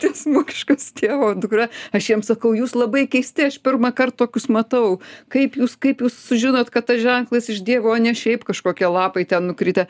tiesmukiškas tėvo dukra aš jiem sakau jūs labai keisti aš pirmąkart tokius matau kaip jūs kaip jūs sužinot kad tas ženklas iš dievo o ne šiaip kažkokie lapai ten nukritę